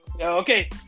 Okay